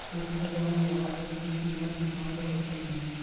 एक किलोग्राम गवारफली के किमत किसान ल कतका मिलही?